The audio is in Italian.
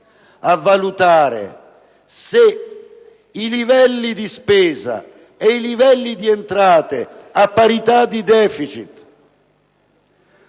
a valutare se i livelli di spesa e i livelli di entrate, a parità di deficit,